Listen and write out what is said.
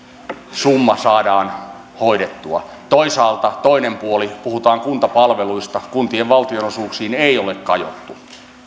summa saadaan hoidettua toisaalta toinen puoli puhutaan kuntapalveluista kuntien valtionosuuksiin ei ole kajottu